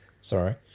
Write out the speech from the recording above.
Sorry